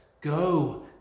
go